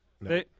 No